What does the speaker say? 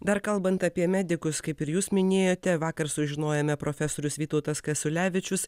dar kalbant apie medikus kaip ir jūs minėjote vakar sužinojome profesorius vytautas kasiulevičius